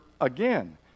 again